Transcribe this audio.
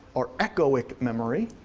or echoic memory.